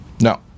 No